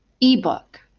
ebook